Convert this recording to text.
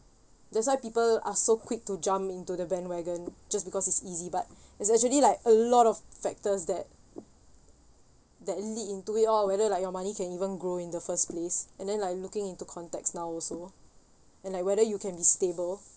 that's why people are so quick to jump into the bandwagon just because it's easy but it's actually like a lot of factors that that lead into it or whether like your money can even grow in the first place and then like looking into context now also and like whether you can be stable